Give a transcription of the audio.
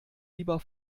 lieber